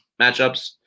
matchups